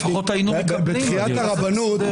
לפחות היינו מקבלים הסבר.